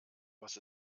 was